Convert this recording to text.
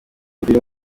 mbili